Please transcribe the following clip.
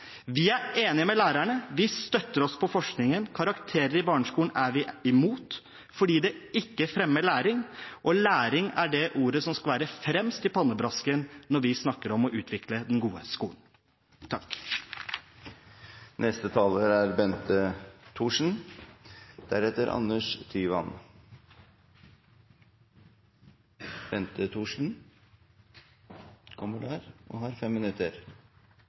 Vi er enige med lærerne. Vi støtter oss på forskningen. Karakterer i barneskolen er vi imot fordi det ikke fremmer læring, og læring er det ordet som skal være fremst i pannebrasken når vi snakker om å utvikle den gode skolen.